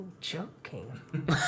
joking